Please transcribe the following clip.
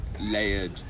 Layered